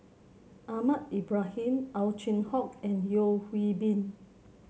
Ahmad Ibrahim Ow Chin Hock and Yeo Hwee Bin